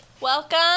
Welcome